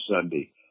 Sunday